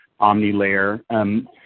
OmniLayer